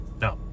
No